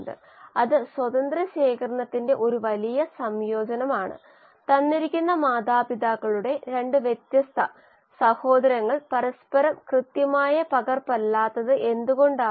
ഉൽപ്പന്ന രൂപീകരണ നിരക്കിനായി ല്യൂഡെക്കിംഗ് പൈററ്റ് മോഡൽ എന്ന് വിളിക്കപ്പെടുന്ന വളരെ ജനപ്രിയമായ മോഡലിലേക്ക് നമ്മൾ നോക്കി അത് അങ്ങനെ പോകുന്നു ആൽഫ സമയത്തിന് തുല്യമാണ് വളർച്ചയെ ആശ്രയിച്ചുള്ള പാരാമീറ്ററും ബീറ്റാ സമയവും x വളർച്ചാ സ്വതന്ത്ര പാരാമീറ്റർ